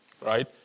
Right